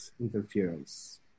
interference